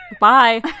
Bye